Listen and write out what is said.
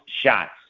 shots